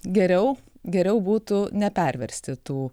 geriau geriau būtų ne perversti tų